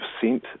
percent